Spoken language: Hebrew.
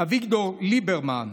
כלכלית עברתם ימינה?